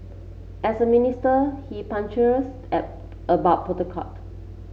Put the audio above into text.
as a minister he punctilious at about protocol